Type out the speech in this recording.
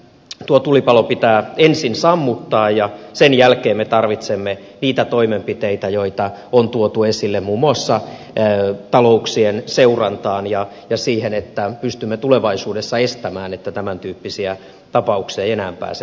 tuo tulipalo pitää ensin sammuttaa ja sen jälkeen me tarvitsemme niitä toimenpiteitä joita on tuotu esille muun muassa talouksien seurantaan ja siihen että pystymme tulevaisuudessa estämään sen että tämäntyyppisiä tapauksia ei enää pääse syntymään